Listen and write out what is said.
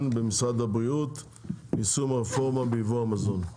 במשרד הבריאות ליישום הרפורמה בייבוא המזון.